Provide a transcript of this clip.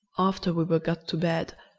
after we were got to bed,